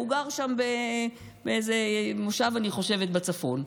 הוא גר שם באיזה מושב בצפון,